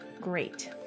great